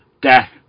death